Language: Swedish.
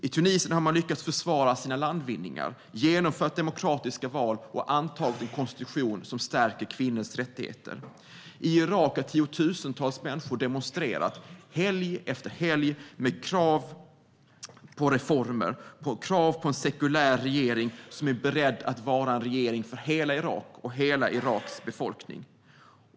I Tunisien har man lyckats försvara sina landvinningar, genomfört demokratiska val och antagit en konstitution som stärker kvinnors rättigheter. I Irak har tiotusentals människor demonstrerat helg efter helg med krav på reformer och krav på en sekulär regering som är beredd att vara en regering för hela Irak och hela Iraks befolkning.